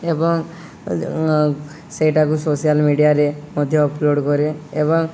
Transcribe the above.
ଏବଂ ସେଇଟାକୁ ସୋସିଆଲ୍ ମିଡ଼ିଆରେ ମଧ୍ୟ ଅପଲୋଡ଼୍ କରେ ଏବଂ